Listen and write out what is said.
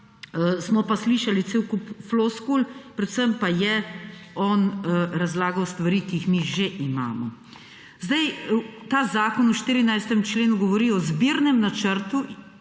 smo pa slišali cel kup floskul, predvsem pa je on razlagal stvari, ki jih mi že imamo. Zdaj ta zakon v 14. členu govori o zbirnem načrtu